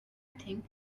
think